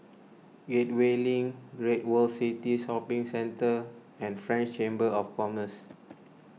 Gateway Link Great World City Shopping Centre and French Chamber of Commerce